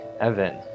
Evan